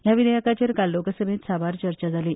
ह्या विधेयकाचेर काल लोकसभेत साबार चर्चा जाली